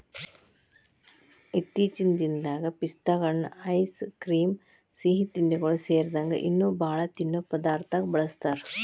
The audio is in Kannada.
ಇತ್ತೇಚಿನ ದಿನದಾಗ ಪಿಸ್ತಾಗಳನ್ನ ಐಸ್ ಕ್ರೇಮ್, ಸಿಹಿತಿಂಡಿಗಳು ಸೇರಿದಂಗ ಇನ್ನೂ ಬಾಳ ತಿನ್ನೋ ಪದಾರ್ಥದಾಗ ಬಳಸ್ತಾರ